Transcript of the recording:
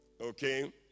okay